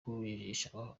kujijisha